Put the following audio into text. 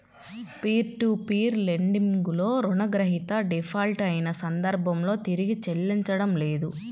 peer to peer lending లో రుణగ్రహీత default అయిన సందర్భంలో తిరిగి చెల్లించడం లేదు